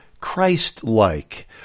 Christ-like